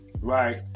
right